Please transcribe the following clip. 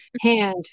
hand